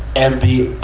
and the,